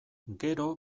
gero